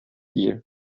gear